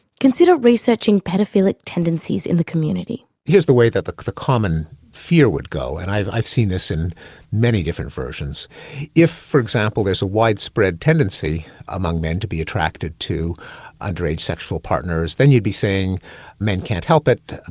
consider researching paedophilic tendencies in the community. here's the way that the the common fear would go, and i've i've seen this in many different versions if for example there's a widespread tendency among men to be attracted to underage sexual partners, then you'd be saying men can't help it,